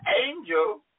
angel